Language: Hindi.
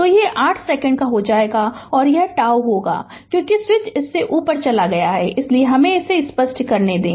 तो यह 8 सेकंड का हो जाएगा यह τ होगा क्योंकि स्विच इस से उस पर चला गया है इसलिए हमे इसे स्पष्ट करने दें